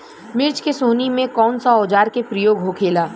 मिर्च के सोहनी में कौन सा औजार के प्रयोग होखेला?